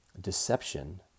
deception